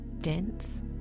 dense